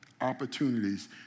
opportunities